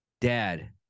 Dad